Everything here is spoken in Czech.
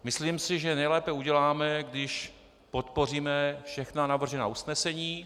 Myslím si, že nejlépe uděláme, když podpoříme všechna navržená usnesení.